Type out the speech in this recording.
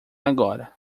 agora